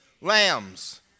lambs